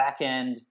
backend